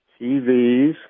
TVs